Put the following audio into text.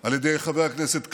על ידי חבר הכנסת כסיף,